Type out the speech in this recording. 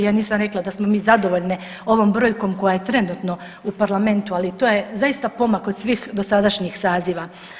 Ja nisam rekla da smo mi zadovoljne ovom brojkom koja je trenutno u parlamentu, ali to je zaista pomak od svih dosadašnjih saziva.